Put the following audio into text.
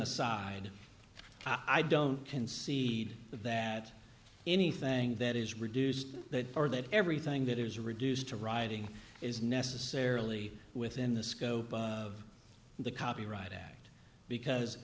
aside i don't concede that anything that is reduced that or that everything that is reduced to writing is necessarily within the scope of the copyright act because